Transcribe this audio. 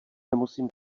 nemusím